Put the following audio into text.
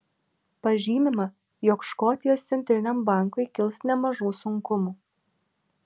pažymima jog škotijos centriniam bankui kils nemažų sunkumų